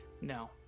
No